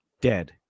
dead